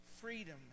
freedom